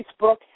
Facebook